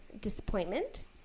disappointment